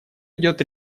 идет